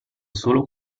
solo